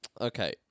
Okay